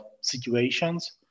situations